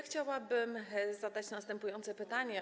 Chciałabym zadać następujące pytanie.